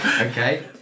Okay